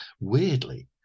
weirdly